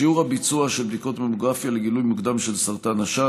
שיעור הביצוע של בדיקות ממוגרפיה לגילוי מוקדם של סרטו השד: